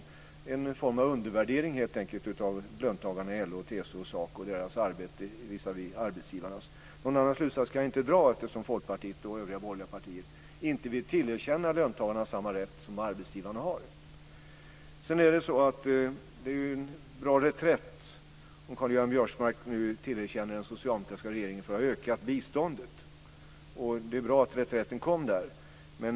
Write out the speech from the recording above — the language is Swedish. Det är helt enkelt en form av undervärdering av löntagarna i LO, TCO och SACO och deras arbete visavi arbetsgivarnas. Någon annan slutsats kan jag inte dra. Folkpartiet och de övriga borgerliga partierna vill inte tillerkänna löntagarna samma rätt som arbetsgivarna har. Det är en bra reträtt när Karl-Göran Biörsmark erkänner att den socialdemokratiska regeringen har ökat biståndet. Det är bra att den reträtten kom.